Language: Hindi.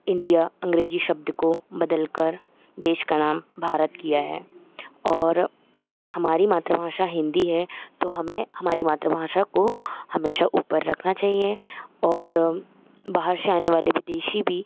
इंडिया अंग्रेज़ी शब्द को बदलकर देश का नाम भारत किया है और हमारी मातृभाषा हिन्दी है तो हमें हमारी मातृभाषा को हमेशा ऊपर रखना चाहिए और बाहर से आने वाले विदेशी भी